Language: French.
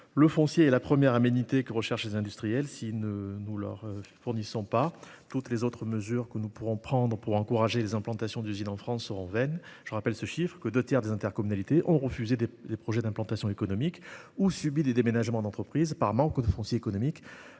le foncier est la première aménité que recherchent les industriels. Si nous ne le leur fournissons pas, toutes les autres mesures que nous prendrons pour encourager les implantations d'usine en France seront vaines. Je rappelle que, selon une enquête menée l'an dernier, deux tiers des intercommunalités ont refusé des projets d'implantation économique ou subi des déménagements d'entreprise par manque de foncier économique.